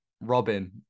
Robin